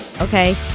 Okay